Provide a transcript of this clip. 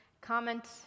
comment